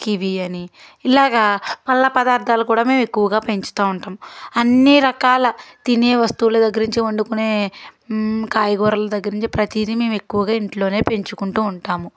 kiwi అని ఇలాగా పళ్ళ పదార్థాలు కూడా మేము ఎక్కువగా పెంచుతూ ఉంటాము అన్ని రకాల తినే వస్తువుల దగ్గర నుంచి వండుకునే కాయగూరల దగ్గర నుంచి ప్రతీదీ మేము ఎక్కువగా ఇంట్లోనే పెంచుకుంటూ ఉంటాము